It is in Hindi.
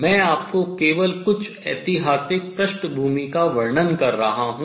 मैं आपको केवल कुछ ऐतिहासिक पृष्ठभूमि का वर्णन कर रहा हूँ